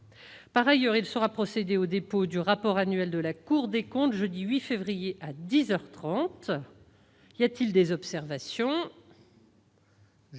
Par ailleurs, il sera procédé au dépôt du rapport annuel de la Cour des comptes jeudi 8 février, à dix heures trente. Y a-t-il des observations ?